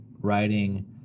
writing